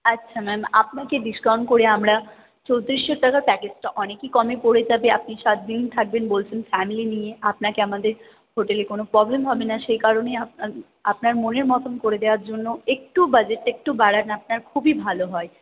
আচ্ছা ম্যাম আপনাকে ডিসকাউন্ট করে আমরা চৌত্রিশশো টাকা প্যাকেজটা অনেকই কমে পড়ে যাবে আপনি সাতদিন থাকবেন বলছেন ফ্যামিলি নিয়ে আপনাকে আমাদের হোটেলে কোনো প্রবলেম হবে না সেই কারণে আপনা আপনার মনের মতন করে দেওয়ার জন্য একটু বাজেটটা একটু বাড়ান আপনার খুবই ভালো হয়